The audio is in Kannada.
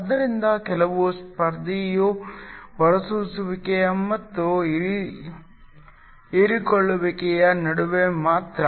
ಆದ್ದರಿಂದ ಕೇವಲ ಸ್ಪರ್ಧೆಯು ಹೊರಸೂಸುವಿಕೆ ಮತ್ತು ಹೀರಿಕೊಳ್ಳುವಿಕೆಯ ನಡುವೆ ಮಾತ್ರ